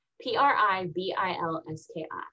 P-R-I-B-I-L-S-K-I